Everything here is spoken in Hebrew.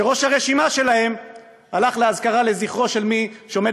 שראש הרשימה שלהם הלך לאזכרה של מי שעומד